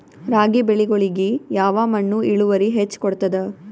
ರಾಗಿ ಬೆಳಿಗೊಳಿಗಿ ಯಾವ ಮಣ್ಣು ಇಳುವರಿ ಹೆಚ್ ಕೊಡ್ತದ?